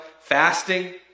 Fasting